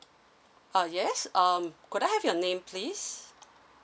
uh yes um could I have your name please